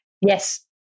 yes